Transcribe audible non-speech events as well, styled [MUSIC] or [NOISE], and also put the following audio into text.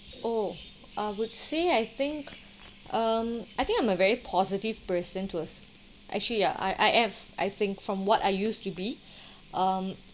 oh I would say I think um I think I'm a very positive person to us actually ya I I am I think from what I used to be [BREATH] um